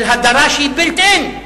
של הדרה, שהיא built-in.